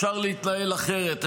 אפשר להתנהל אחרת,